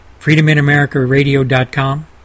FreedomInAmericaRadio.com